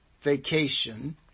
vacation